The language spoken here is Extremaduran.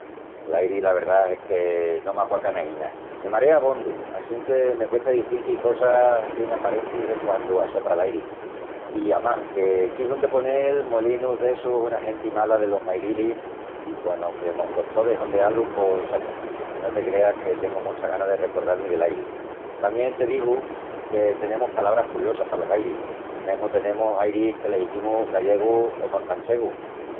L'airi la verdá es que no m'aquaca naína. Me marea abondu assinque me cuesta d'izil-ti cosas assín aparentis de quandu assopra l'airi. I amás que quixun de ponel molinus d'essus una genti mala delos Mairilis i cono que mos costó de hondeá-lus pos, chacha, no te creas que tengu mucha gana de recordal-mi del'airi. Tamién te digu que tenemus palabras curiosas palos airis. Mesmu tenemus airis que les izimus gallegu o montanchegu.